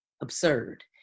absurd